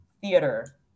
theater